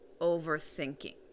overthinking